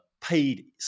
paid